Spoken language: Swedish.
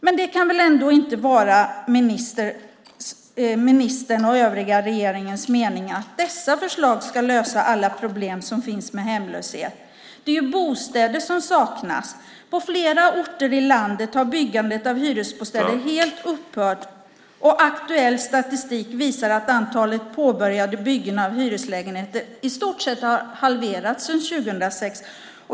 Men det kan väl ändå inte vara ministerns och övriga regeringens mening att dessa förslag ska lösa alla problem som finns med hemlöshet? Det är ju bostäder som saknas. På flera orter i landet har byggandet av hyresbostäder helt upphört och aktuell statistik visar att antalet påbörjade byggen av hyreslägenheter i stort sett har halverats sedan 2006.